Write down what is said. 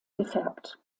gefärbt